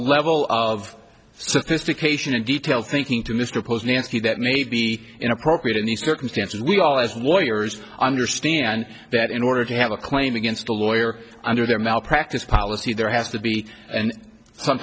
level of sophistication and detail thinking to mr posner nancy that may be inappropriate in the circumstances we all as lawyers understand that in order to have a claim against a lawyer under their malpractise policy there has to be an